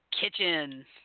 kitchen